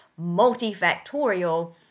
multifactorial